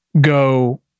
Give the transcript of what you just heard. go